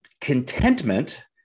Contentment